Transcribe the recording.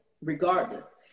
regardless